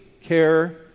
care